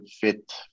fit